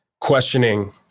questioning